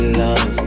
love